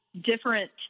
different